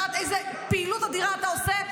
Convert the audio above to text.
יודעת איזה פעילות אדירה אתה עושה,